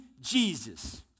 Jesus